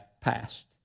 passed